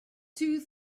two